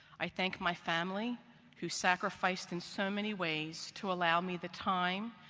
i thank my family who sacrificed in so many ways to allow me the time,